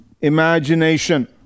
imagination